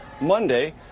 Monday